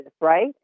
right